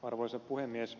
arvoisa puhemies